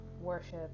worship